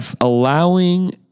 allowing